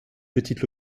petite